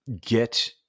get